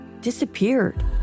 disappeared